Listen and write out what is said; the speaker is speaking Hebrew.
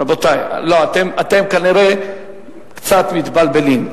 רבותי, אתם כנראה קצת מתבלבלים.